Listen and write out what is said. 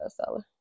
bestseller